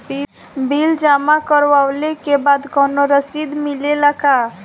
Bill जमा करवले के बाद कौनो रसिद मिले ला का?